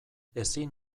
ezin